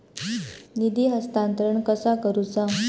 निधी हस्तांतरण कसा करुचा?